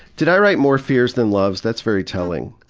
did i write more fears than loves? that's very telling.